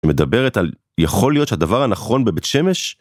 מדברת על, יכול להיות שהדבר הנכון בבית שמש?